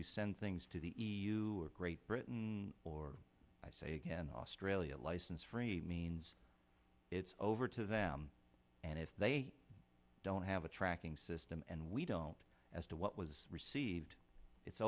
you send things to the e u or great britain or i say again australia license free means it's over to them and if they don't have a tracking system and we don't as to what was received it's